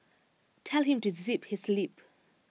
tell him to zip his lip